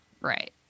right